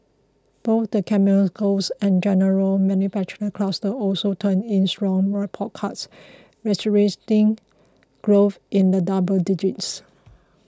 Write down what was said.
both the chemicals and general manufacturing clusters also turned in strong report cards registering growth in the double digits